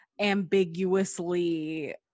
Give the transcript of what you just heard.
ambiguously